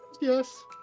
Yes